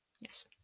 yes